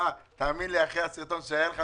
--- מה עוד שהם צריכים דוחות כספיים.